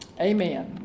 Amen